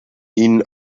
ihn